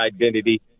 identity